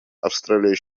австралия